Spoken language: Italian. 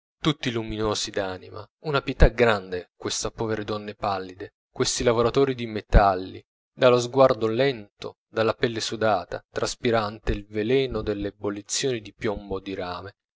tutti luminosi d'anima una pietà grande queste povere donne pallide questi lavoratori di metalli dallo sguardo lento dalla pelle sudata traspirante il veleno delle ebollizioni di piombo o di rame